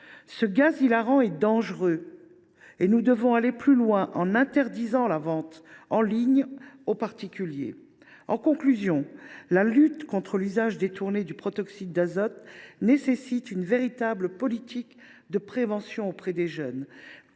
Ce gaz hilarant est dangereux et nous devons aller plus loin en interdisant sa vente en ligne aux particuliers. La lutte contre l’usage détourné du protoxyde d’azote nécessite, je le redis, que soit menée auprès des jeunes